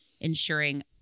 ensuring